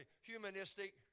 humanistic